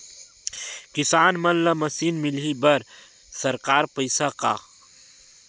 किसान मन ला मशीन मिलही बर सरकार पईसा का?